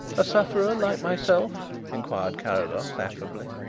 a sufferer like myself? inquired carrados affably.